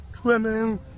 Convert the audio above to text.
swimming